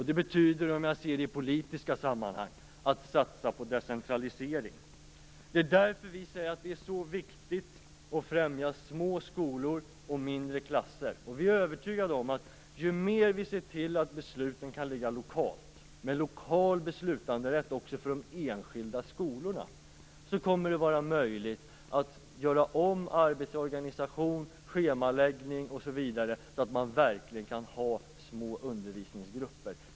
Det betyder i politiska sammanhang att det satsas på decentralisering. Därför säger vi att det är viktigt att främja små skolor och mindre klasser. Vi är övertygade om att om vi ser till att besluten kan ligga lokalt med beslutanderätt också för de enskilda skolorna, kommer det att vara möjligt att göra om arbetsorganisation, schemaläggning osv. så att man verkligen kan ha små undervisningsgrupper.